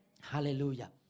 Hallelujah